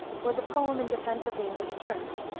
was a poem in defense of the english church.